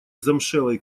замшелой